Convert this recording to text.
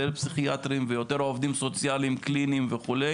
יותר פסיכיאטרים ויותר עובדים סוציאלים וכולי?